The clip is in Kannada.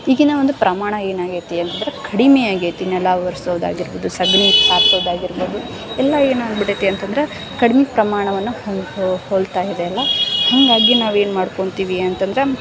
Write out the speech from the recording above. ಈಗಿನ ಒಂದು ಪ್ರಮಾಣ ಏನಾಗೈತಿ ಅಂದ್ರೆ ಕಡಿಮೆಯಾಗೈತಿ ನೆಲ ಒರ್ಸೊದಾಗಿರ್ಬೋದು ಸಗಣಿ ಸಾರ್ಸೋದಾಗಿರ್ಬೋದು ಎಲ್ಲ ಏನಾಗಿಬಿಡುತ್ತೆ ಅಂತಂದ್ರೆ ಕಡಿಮೆ ಪ್ರಮಾಣವನ್ನ ಹೊಂದು ಹೋಲ್ತಾ ಇದೆ ಅಲ್ಲ ಹಾಗಾಗಿ ನಾವು ಏನು ಮಾಡ್ಕೊಳ್ತೀವಿ ಅಂತಂದ್ರೆ